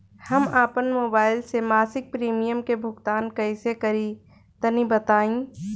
हम आपन मोबाइल से मासिक प्रीमियम के भुगतान कइसे करि तनि बताई?